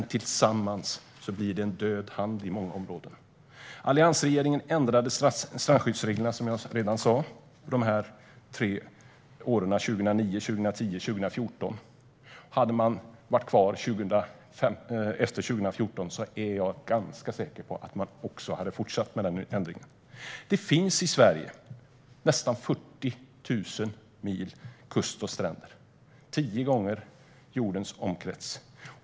Tillsammans blir de dock en död hand i många områden. Alliansregeringen ändrade strandskyddsreglerna vid de tre årtal jag redan har nämnt - 2009, 2010 och 2014. Hade man suttit kvar efter 2014 är jag ganska säker på att man också hade fortsatt att ändra. Det finns i Sverige nästan 40 000 mil kust och stränder. Det är tio gånger jordens omkrets.